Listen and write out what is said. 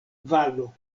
valo